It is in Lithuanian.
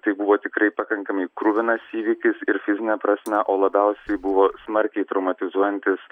tai buvo tikrai pakankamai kruvinas įvykis ir fizine prasme o labiausiai buvo smarkiai traumatizuojantis